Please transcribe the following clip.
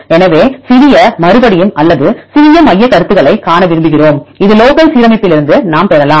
எனவே சிறிய மறுபடியும் அல்லது சிறிய மையக்கருத்துகளையும் காண விரும்புகிறோம் இந்த லோக்கல் சீரமைப்பிலிருந்து நாம் பெறலாம்